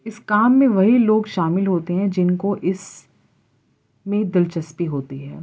اس کام میں وہی لوگ شامل ہوتے ہیں جن کو اس میں دلچسپی ہوتی ہے